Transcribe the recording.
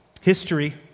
History